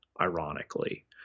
ironically